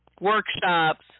workshops